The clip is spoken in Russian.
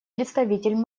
представитель